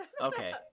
Okay